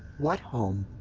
what home?